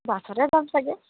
বাছতে যাম চাগে